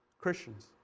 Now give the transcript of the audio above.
Christians